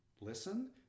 listen